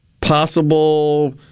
possible